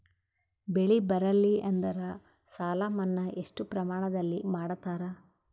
ಬೆಳಿ ಬರಲ್ಲಿ ಎಂದರ ಸಾಲ ಮನ್ನಾ ಎಷ್ಟು ಪ್ರಮಾಣದಲ್ಲಿ ಮಾಡತಾರ?